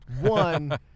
One